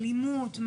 אלימות,